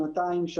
שנתיים,